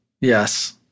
Yes